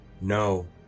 No